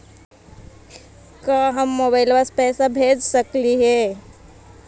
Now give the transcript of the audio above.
का हम मोबाईल से पैसा भेज सकली हे?